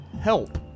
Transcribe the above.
help